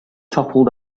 toppled